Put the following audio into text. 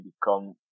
become